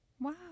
Wow